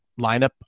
lineup